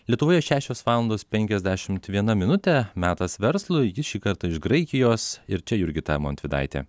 lietuvoje šešios valandos penkiasdešimt viena minutė metas verslui jis šį kartą iš graikijos ir čia jurgita montvydaitė